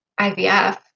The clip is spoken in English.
IVF